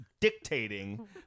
dictating